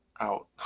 out